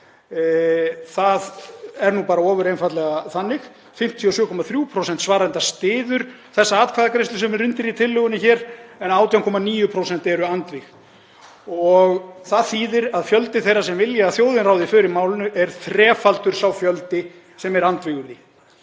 það er bara ofur einfaldlega þannig. 57,3% svarenda styður þessa atkvæðagreiðslu sem er undir í tillögunni hér en 18,9% eru andvíg. Það þýðir að fjöldi þeirra sem vilja að þjóðin ráði för í málinu er þrefaldur sá fjöldi sem er andvígur því.